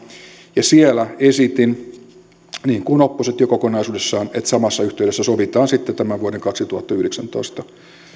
siellä esitin kuten oppositio kokonaisuudessaan että samassa yhteydessä sovitaan sitten vuoden kaksituhattayhdeksäntoista